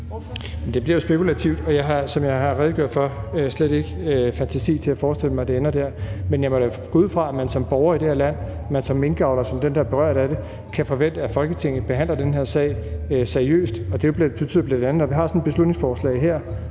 Det bliver jo spekulativt, og som jeg har redegjort for, har jeg slet ikke fantasi til at forestille mig, at det ender der. Men jeg må da gå ud fra, at man som borger i det her land, at man som minkavler, at man som den, der er berørt af det, kan forvente, at Folketinget behandler den her sag seriøst. Det betyder bl.a., at når vi har sådan et borgerforslag her